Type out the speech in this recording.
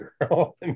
girl